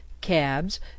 cabs